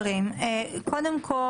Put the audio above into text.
אז קודם כל